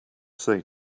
say